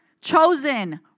Chosen